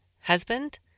husband